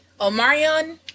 Omarion